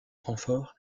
renfort